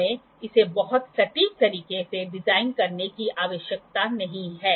हमें इसे बहुत सटीक तरीके से डिजाइन करने की आवश्यकता नहीं है